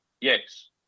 yes